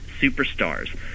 superstars